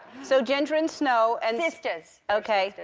so ginger and snow. and sisters. ok.